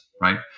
right